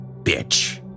bitch